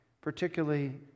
particularly